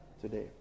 today